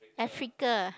Africa